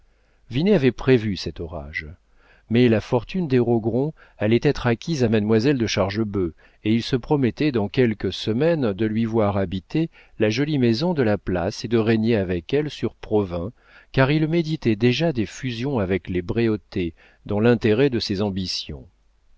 avait prévu cet orage mais la fortune des rogron allait être acquise à mademoiselle de chargebœuf et il se promettait dans quelques semaines de lui voir habiter la jolie maison de la place et de régner avec elle sur provins car il méditait déjà des fusions avec les bréautey dans l'intérêt de ses ambitions